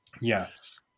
Yes